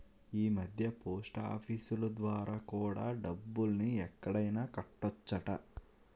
ఈమధ్య పోస్టాఫీసులు ద్వారా కూడా డబ్బుల్ని ఎక్కడైనా కట్టొచ్చట